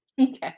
Okay